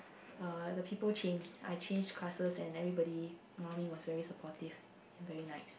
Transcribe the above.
uh the people changed I changed classes and everybody around me was very supportive and very nice